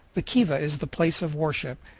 the kiva is the place of worship,